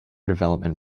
development